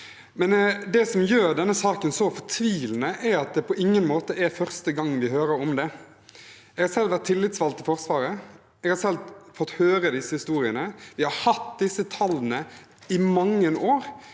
Men det som gjør denne saken så fortvilende, er at det på ingen måte er første gangen vi hører om det. Jeg har selv vært tillitsvalgt i Forsvaret, og jeg har selv fått høre disse historiene. Vi har hatt disse tallene i mange år.